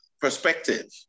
perspective